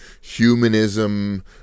humanism